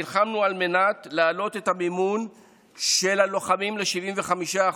נלחמנו על מנת להעלות את המימון של הלוחמים ל-75%,